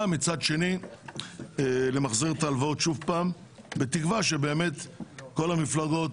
ומצד שני שוב למחזר את ההלוואות בתקווה שבאמת כל המפלגות